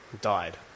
died